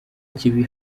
kibi